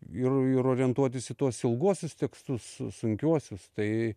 ir ir orientuotis į tuos ilguosius tekstus su sunkiuosius tai